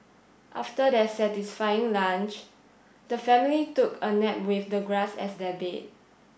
after their satisfying lunch the family took a nap with the grass as their bed